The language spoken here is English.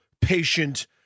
patient